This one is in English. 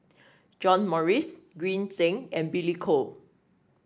John Morrice Green Zeng and Billy Koh